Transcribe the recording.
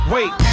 Wait